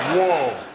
whoa,